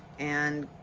and.